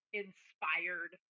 inspired